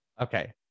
okay